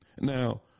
Now